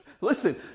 listen